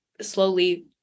slowly